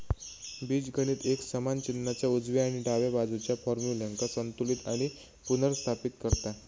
बीजगणित एक समान चिन्हाच्या उजव्या आणि डाव्या बाजुच्या फार्म्युल्यांका संतुलित आणि पुनर्स्थापित करता